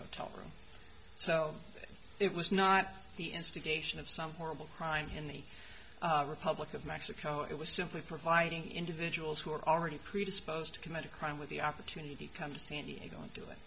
hotel room so it was not the instigation of some horrible crime in the republic of mexico it was simply providing individuals who were already created supposed to commit a crime with the opportunity come to san diego and do it